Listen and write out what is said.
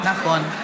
נכון.